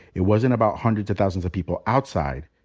it wasn't about hundreds of thousands of people outside.